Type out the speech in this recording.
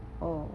oh